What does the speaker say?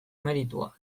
meritua